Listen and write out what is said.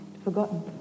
Forgotten